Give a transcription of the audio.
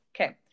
Okay